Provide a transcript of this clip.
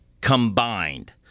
combined